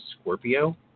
Scorpio